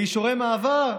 לאישורי מעבר,